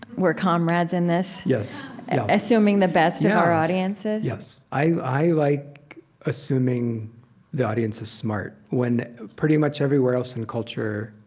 we're comrades in this yes assuming the best of our audiences yes. i like assuming the audience is smart when pretty much everywhere else in culture,